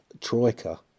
troika